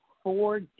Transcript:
four